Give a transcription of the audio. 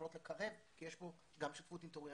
יכולות לקרב כי יש פה גם שותפות אינטרסים,